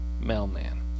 mailman